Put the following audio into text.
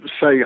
say